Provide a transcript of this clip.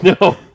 no